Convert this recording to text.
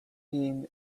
him